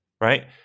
right